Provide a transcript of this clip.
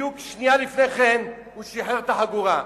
ובדיוק שנייה לפני כן הוא שחרר את החגורה.